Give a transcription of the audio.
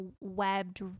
webbed